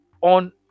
on